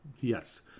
yes